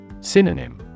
Synonym